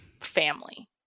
family